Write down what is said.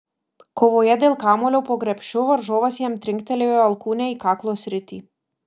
kovoje dėl kamuolio po krepšiu varžovas jam trinktelėjo alkūne į kaklo sritį